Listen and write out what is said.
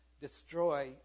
destroy